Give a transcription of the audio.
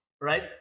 right